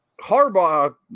Harbaugh